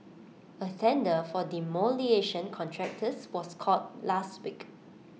A tender for demolition contractors was called last week